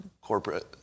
corporate